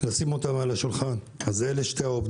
זה לא על שם העיר ברלין אלא על שם הרב ברלין.